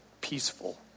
peaceful